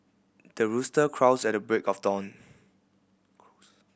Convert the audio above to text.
the rooster crows at the break of dawn